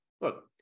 Look